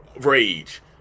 rage